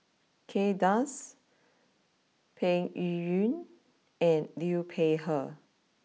Kay Das Peng Yuyun and Liu Peihe